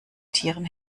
tieren